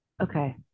Okay